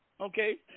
okay